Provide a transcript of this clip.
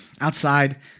outside